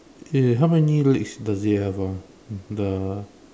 eh how many legs does it have ah the